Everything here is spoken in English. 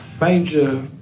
major